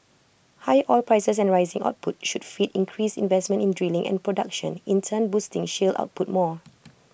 higher oil prices and rising output should feed increased investment in drilling and production in turn boosting shale output more